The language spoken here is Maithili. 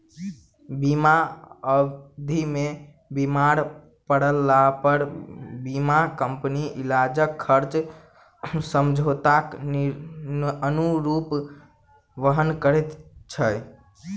बीमा अवधि मे बीमार पड़लापर बीमा कम्पनी इलाजक खर्च समझौताक अनुरूप वहन करैत छै